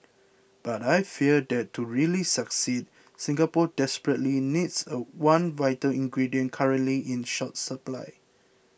but I fear that to really succeed Singapore desperately needs a one vital ingredient currently in short supply